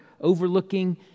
overlooking